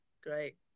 great